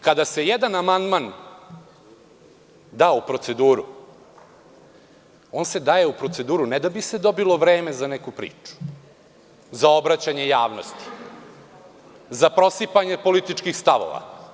Kada se jedan amandman dâ u proceduru, on se daje u proceduru ne da bi se dobilo vreme za neku priču, za obraćanje javnosti, za prosipanje političkih stavova.